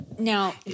Now